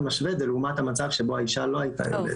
משווה את זה לעומת המצב שבו האישה לא הייתה יולדת,